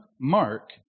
Mark